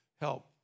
help